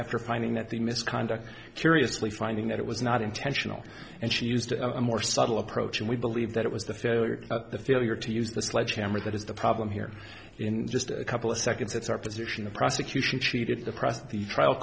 after finding that the misconduct curiously finding that it was not intentional and she used a more subtle approach and we believe that it was the failure of the failure to use the sledgehammer that is the problem here in just a couple of seconds that's our position the prosecution cheated to present the trial